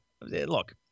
Look